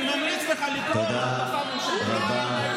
אני ממליץ לך לקרוא, מעטפה ממשלתית.